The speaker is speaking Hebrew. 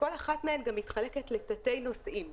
כשכל אחת מהן גם מתחלקת לתתי נושאים.